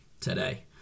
today